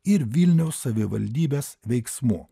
ir vilniaus savivaldybės veiksmų